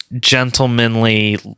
gentlemanly